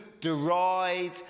deride